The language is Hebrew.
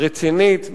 רצינית,